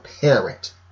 parent